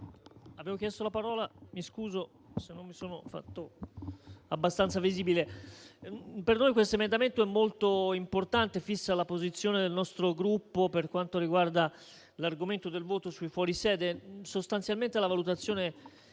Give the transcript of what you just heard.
per noi questo emendamento è molto importante e fissa la posizione del nostro Gruppo per quanto riguarda l'argomento del voto sui fuori sede. Sostanzialmente la valutazione che